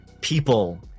people